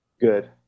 good